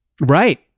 right